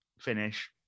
finish